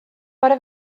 bore